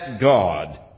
God